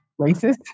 racist